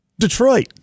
Detroit